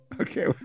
Okay